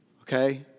okay